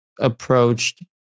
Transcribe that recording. approached